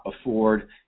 afford